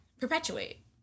perpetuate